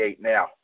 now